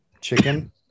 chicken